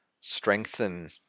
strengthen